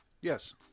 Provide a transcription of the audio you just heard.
Yes